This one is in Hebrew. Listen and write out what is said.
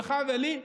לך ולי,